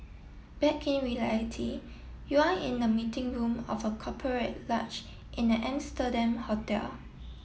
back in reality you are in the meeting room of a corporate large in an Amsterdam hotel